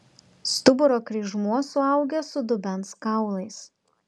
stuburo kryžmuo suaugęs su dubens kaulais